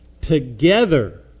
together